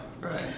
Right